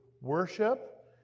worship